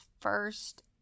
first